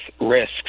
risks